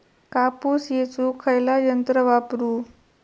कापूस येचुक खयला यंत्र वापरू?